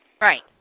Right